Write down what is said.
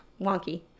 wonky